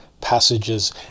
passages